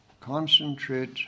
concentrate